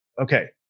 Okay